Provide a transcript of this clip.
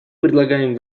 предлагаем